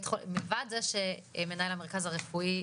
מלבד זה שמנהל המרכז הרפואי,